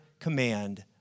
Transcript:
command